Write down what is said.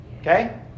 okay